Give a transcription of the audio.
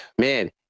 man